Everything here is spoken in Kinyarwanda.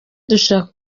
dushaka